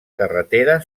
carretera